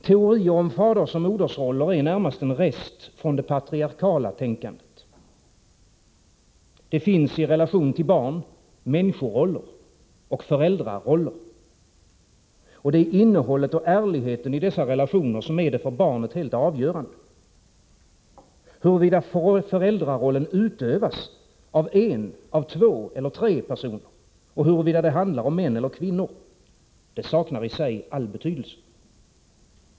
Teorier om fadersoch modersroller är närmast en rest från det patriarkaliska tänkandet. Det finns i relation till barn människoroller och föräldraroller. Det är innehållet och ärligheten i dessa relationer som är det för barnet helt avgörande. Huruvida föräldrarollen utövas av en, av två eller av tre personer och huruvida det handlar om män eller kvinnor, det saknar i sig all betydelse.